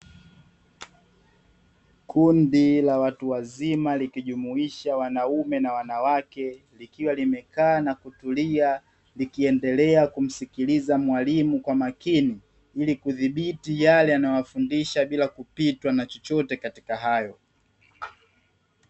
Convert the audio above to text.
Kundi la watu wazima likijumuisha wanaume na wanawake, likiwa limekaa na kutulia, likiendelea kumsikiliza mwalimu kwa makini ili kudhibiti yale anayofundisha bila kupitwa na chochote katika hayo.